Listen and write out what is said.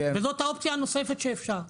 וזאת האופציה הנוספת שאפשרית.